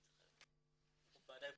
מכובדיי.